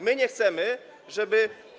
My nie chcemy, żeby.